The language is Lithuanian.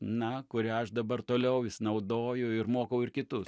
na kurią aš dabar toliau vis naudoju ir mokau ir kitus